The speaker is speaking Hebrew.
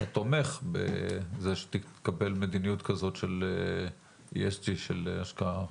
אתה תומך בכך שתתקבל מדיניות כזאת של ESG של השקעה.